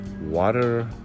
water